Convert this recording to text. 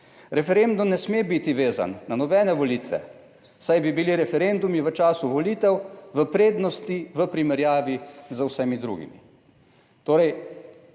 Referendum ne sme biti vezan na nobene volitve, saj bi bili referendumi v času volitev v prednosti v primerjavi z vsemi drugimi." Torej,